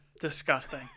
Disgusting